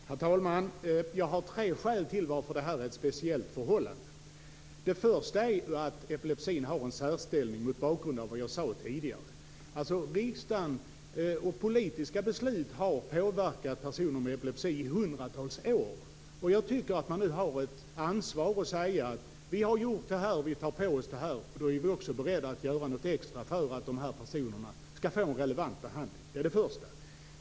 Herr talman! Det finns tre skäl till att detta är ett speciellt förhållande. Det första är att epilepsin har en särställning mot bakgrund av vad jag sade tidigare. Riksdagen och politiska beslut har påverkat personer med epilepsi i hundratals år. Jag tycker att vi nu har ett ansvar att säga: Vi har gjort detta. Vi tar på oss detta. Vi är också beredda att göra något extra för att dessa personer skall få en relevant behandling. Det är det första.